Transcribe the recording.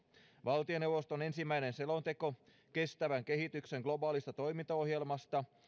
valtioneuvoston ensimmäinen selonteko kestävän kehityksen globaalista toimintaohjelmasta